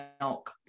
milk